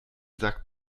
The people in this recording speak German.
sack